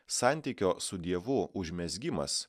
santykio su dievu užmezgimas